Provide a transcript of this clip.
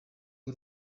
b’u